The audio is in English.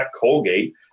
colgate